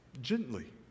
gently